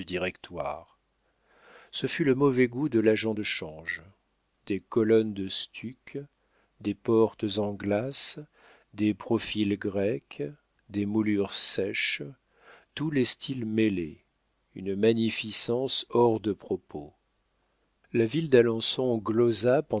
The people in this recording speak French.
ce fut le mauvais goût de l'agent de change des colonnes de stuc des portes en glace des profils grecs des moulures sèches tous les styles mêlés une magnificence hors de propos la ville d'alençon